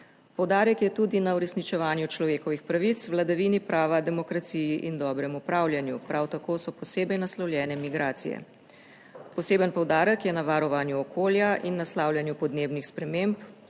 Poudarek je tudi na uresničevanju človekovih pravic, vladavini prava, demokraciji in dobrem upravljanju. Prav tako so posebej naslovljene migracije. Poseben poudarek je na varovanju okolja in naslavljanju podnebnih sprememb,